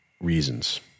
reasons